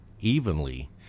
evenly